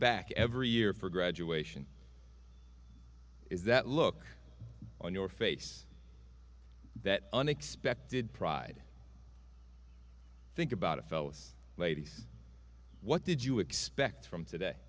back every year for graduation is that look on your face that unexpected pride think about it fellas ladies what did you expect from today